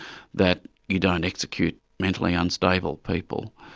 that you don't execute mentally unstable people.